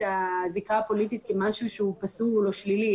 הזיקה הפוליטית כמשהו שהוא פסול או שלילי,